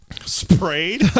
Sprayed